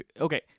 Okay